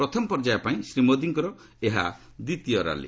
ପ୍ରଥମ ପର୍ଯ୍ୟାୟ ପାଇଁ ଶ୍ରୀ ମୋଦିଙ୍କର ଏହା ଦ୍ୱିତୀୟ ର୍ୟାଲି